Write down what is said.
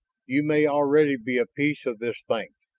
you may already be a piece of this thing,